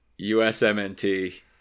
USMNT